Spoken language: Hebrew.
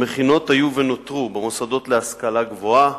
המכינות היו ונותרו במוסדות להשכלה גבוהה,